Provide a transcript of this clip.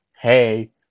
Hey